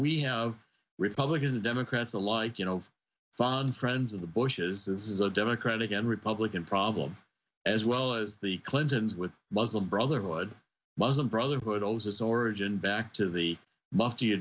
we have republicans and democrats alike you know fun friends of the bush is this is a democratic and republican problem as well as the clintons with muslim brotherhood muslim brotherhood owes its origin back to the m